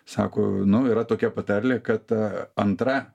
sako nu yra tokia patarlė kad antra